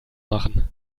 machen